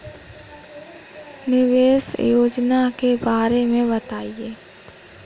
निवेश योजना के बारे में बताएँ?